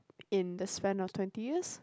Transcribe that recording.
in the span of twenty years